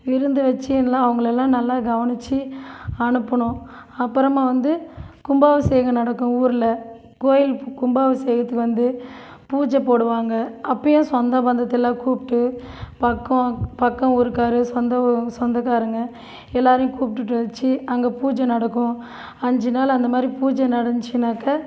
விருந்து வச்சு எல்லாம் அவங்களெல்லாம் நல்லா கவனிச்சு அனுப்புனோம் அப்பறமாக வந்து கும்பாபிஷேகம் நடக்கும் ஊரில் கோயில் கும்பாபிஷேகத்துக்கு வந்து பூஜை போடுவாங்க அப்பயும் சொந்த பந்தத்தல்லாம் கூப்பிட்டு பக்கம் பக்கம் ஊருக்கார் சொந்த ஊ சொந்தக்காரங்க எல்லாரையும் கூப்பிட்டுட்டு வச்சு அங்கே பூஜை நடக்கும் அஞ்சி நாள் அந்த மாதிரி பூஜை நடந்துச்சின்னாக்க